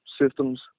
systems